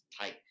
tight